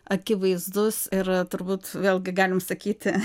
akivaizdus ir turbūt vėlgi galim sakyti